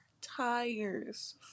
tires